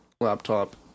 laptop